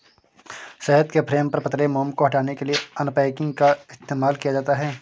शहद के फ्रेम पर पतले मोम को हटाने के लिए अनकैपिंग का इस्तेमाल किया जाता है